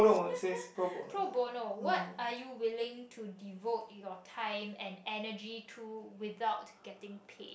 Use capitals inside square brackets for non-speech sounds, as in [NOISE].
[LAUGHS] pro bono what are you willing to devote your time and energy to without getting paid